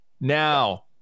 Now